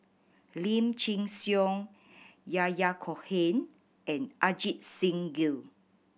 Lim Chin Siong Yahya Cohen and Ajit Singh Gill